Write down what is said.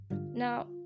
Now